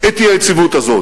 את האי-יציבות הזאת,